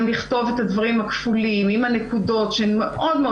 לכתוב את הדברים הכפולים עם הנקודות שהן מאוד מאוד